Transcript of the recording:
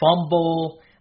fumble